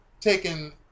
taking